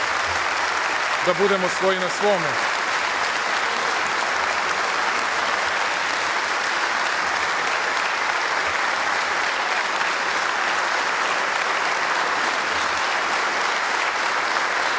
da budemo svoj na svome,